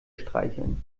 streicheln